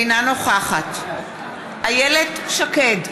אינה נוכחת איילת שקד,